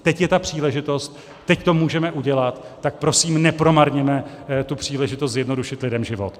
Teď je ta příležitost, teď to můžeme udělat, tak prosím nepromarněme tu příležitost zjednodušit lidem život.